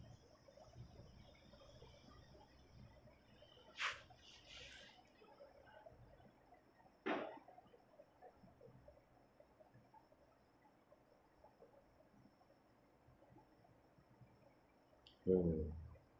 ah